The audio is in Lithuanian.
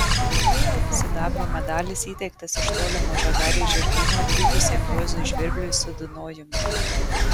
sidabro medalis įteiktas iš tolimo žagarės žirgyno atvykusiam juozui žvirbliui su dunojumi